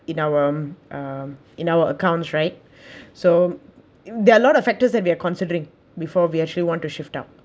in our um in our accounts right so there are a lot of factors that we are considering before we actually want to shift up